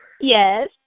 Yes